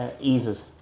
eases